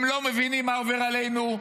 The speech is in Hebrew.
הם לא מבינים מה עובר עלינו.